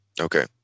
Okay